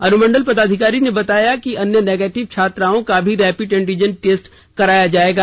अनुमंडल पदाधिकारी ने बताया कि अन्य नेगेटिव छात्राओं का भी रैपिड एंटीजन टेस्ट कराया जाएगा